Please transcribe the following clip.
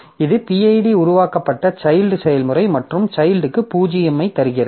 இது pid உருவாக்கப்பட்ட child செயல்முறை மற்றும் சைல்ட்க்கு 0 ஐத் தருகிறது